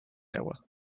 iowa